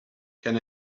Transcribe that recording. can